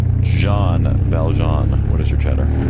john vall john what does your chatter?